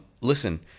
Listen